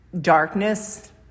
darkness